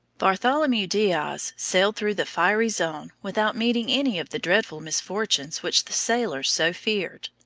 bartholomew diaz sailed through the fiery zone without meeting any of the dreadful misfortunes which the sailors so feared.